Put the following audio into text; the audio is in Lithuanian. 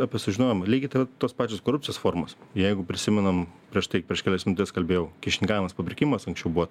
apie sužinojimą lygiai tos pačios korupcijos formos jeigu prisimenam prieš tai prieš kelias minutes kalbėjau kyšininkavimas papirkimas anksčiau buvo